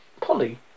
Polly